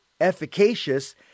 efficacious